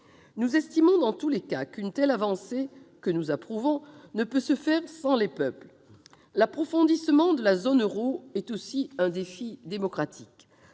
Nous estimons dans tous les cas qu'une telle avancée, que nous approuvons, ne peut se faire sans les peuples. L'approfondissement de la zone euro est aussi un défi démocratique.